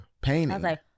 painting